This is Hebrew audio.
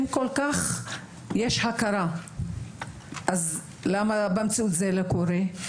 אם כל כך יש הכרה אז למה במציאות זה לא קורה?